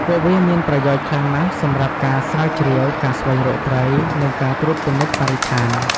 ពួកវាមានប្រយោជន៍ខ្លាំងណាស់សម្រាប់ការស្រាវជ្រាវ ការស្វែងរកត្រី និងការត្រួតពិនិត្យបរិស្ថាន។